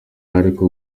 ariko